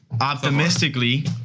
optimistically